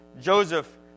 Joseph